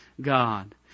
God